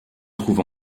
trouve